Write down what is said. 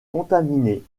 contaminés